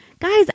Guys